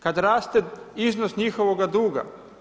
Kad raste iznos njihovoga duga.